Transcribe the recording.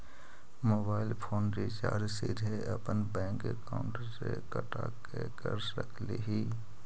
Mobile phone recharge सीधे अपन bank account से कटा के कर सकली ही?